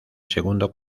segundo